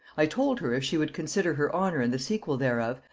i told her, if she would consider her honor and the sequel thereof,